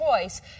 choice